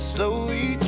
Slowly